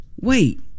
wait